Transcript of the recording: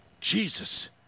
Jesus